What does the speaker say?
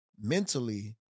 mentally